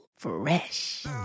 fresh